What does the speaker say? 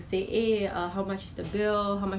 他是 anti-bacteria